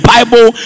Bible